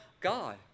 God